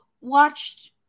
watched